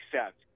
accept